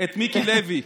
את מיקי לוי.